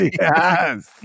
Yes